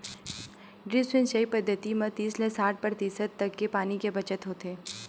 drip सिंचई पद्यति म तीस ले साठ परतिसत तक के पानी के बचत होथे